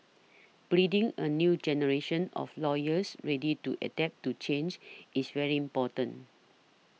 breeding a new generation of lawyers ready to adapt to change is very important